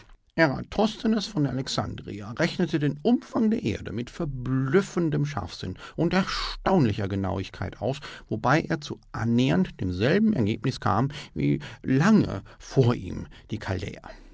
sei eratosthenes von alexandria rechnete den umfang der erde mit verblüffendem scharfsinn und erstaunlicher genauigkeit aus wobei er zu annähernd demselben ergebnis kam wie lange vor ihm die